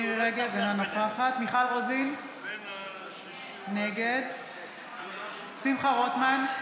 אינה נוכחת מיכל רוזין, נגד שמחה רוטמן,